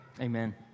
Amen